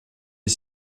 est